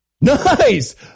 Nice